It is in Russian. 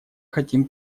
хотим